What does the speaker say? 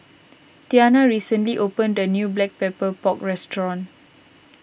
Tania recently opened a new Black Pepper Pork restaurant